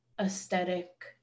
aesthetic